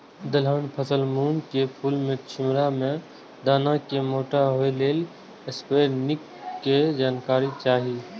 दलहन फसल मूँग के फुल में छिमरा में दाना के मोटा होय लेल स्प्रै निक के जानकारी चाही?